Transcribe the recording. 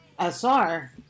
SR